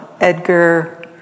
Edgar